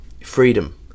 Freedom